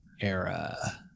era